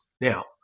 Now